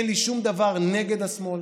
אין לי שום דבר נגד השמאל,